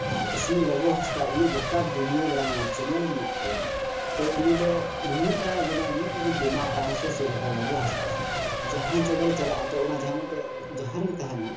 ᱟᱨ ᱡᱮᱭᱥᱮ ᱩᱱᱤ ᱞᱚᱵᱚ ᱦᱟᱸᱥᱫᱟ ᱩᱱᱤ ᱜᱳᱴᱟ ᱫᱩᱱᱤᱭᱟᱹᱭ ᱫᱟᱬᱟᱱ ᱠᱟᱱᱟ ᱪᱮᱱᱮᱞ ᱢᱮᱱᱟᱜ ᱛᱟᱭᱟ ᱛᱳ ᱩᱱᱤ ᱫᱚ ᱱᱩᱱᱟᱹᱜ ᱮ ᱢᱟᱱᱮ ᱩᱱᱟᱹᱜ ᱜᱮ ᱫᱤᱢᱟᱠᱟ ᱦᱮᱸ ᱥᱮ ᱪᱮᱫ ᱞᱮᱠᱟ ᱞᱚᱵᱚ ᱦᱟᱸᱥᱫᱟ ᱡᱟᱦᱟᱸ ᱡᱟᱭᱜᱟ ᱨᱮᱭ ᱪᱟᱞᱟᱜᱼᱟ ᱛᱚ ᱚᱱᱟ ᱢᱤᱫᱴᱮᱡ ᱡᱟᱦᱟᱸ ᱨᱮᱜᱮ ᱛᱟᱦᱮᱱᱟ